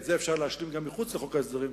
את זה אפשר להשלים גם מחוץ לחוק ההסדרים,